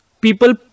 people